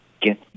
get